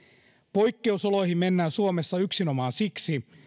poikkeusoloihin mennään suomessa yksinomaan siksi